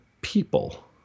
people